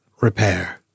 repair